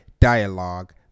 dialogue